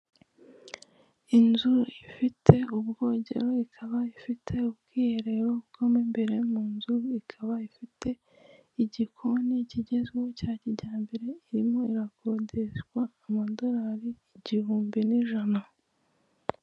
Inzu ifite ubwogero, ikaba ifite ubwiherero bwo mu imbere mu nzu, ikaba ifite igikoni kigezweho cya kijyambere; irimo irakodeshwa amadolari igihumbi n'ijana.